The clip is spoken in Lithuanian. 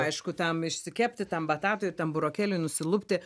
aišku tam išsikepti tam batatui tam burokėliui nusilupti